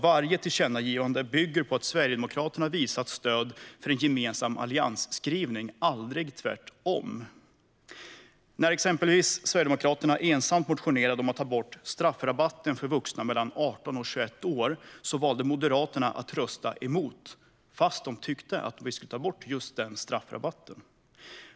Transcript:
Varje tillkännagivande bygger nämligen på att Sverigedemokraterna har visat stöd för en gemensam alliansskrivning, aldrig tvärtom. Ett exempel är när Sverigedemokraterna ensamt motionerade om att ta bort straffrabatten för vuxna mellan 18 och 21 år. Då valde Moderaterna att rösta emot, trots att de ville ta bort just den rabatten.